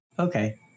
Okay